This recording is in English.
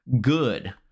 good